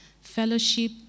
Fellowship